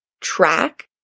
track